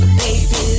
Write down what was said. baby